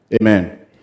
amen